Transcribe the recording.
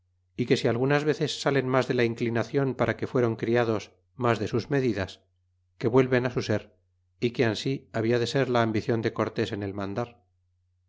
é que si algunas veces salen mas de la inclinacion para que fueron criados mas de sus medidas que vuelven su ser y que ansi habla de ser la ambicion de cortés en el mandar